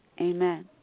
Amen